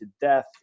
death